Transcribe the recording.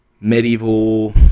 medieval